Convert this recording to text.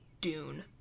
Dune